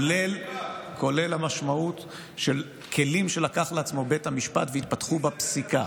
כולל המשמעות של כלים שלקח לעצמו בית המשפט והתפתחו בפסיקה.